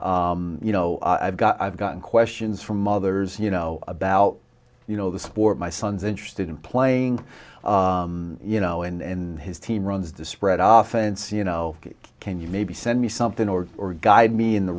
you know i've got i've gotten questions from others you know about you know the sport my son's interested in playing you know in his team runs the spread often so you know can you maybe send me something or or guide me in the